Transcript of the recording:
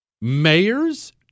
Mayors